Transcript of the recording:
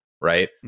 right